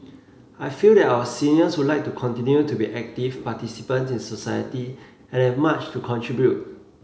I feel that our seniors would like to continue to be active participants in society and have much to contribute